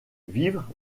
vivres